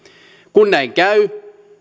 kun näin käy